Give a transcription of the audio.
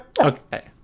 okay